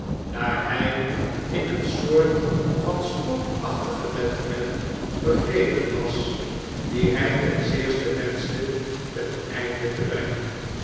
daar hjj in een soort van spookachtigen wedren begrepen was dien hij ten zeerste wenschte ten einde te brengen